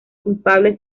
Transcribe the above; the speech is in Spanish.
culpables